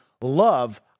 love